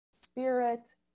Spirit